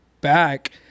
back